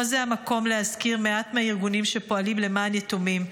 פה זה המקום להזכיר מעט מהארגונים שפועלים למען יתומים,